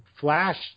Flash